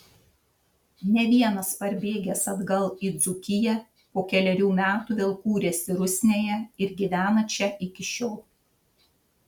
ne vienas parbėgęs atgal į dzūkiją po kelerių metų vėl kūrėsi rusnėje ir gyvena čia iki šiol